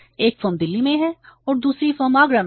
एक फॉर्म दिल्ली में है और दूसरी फ्रॉम आगरा में है